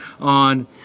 on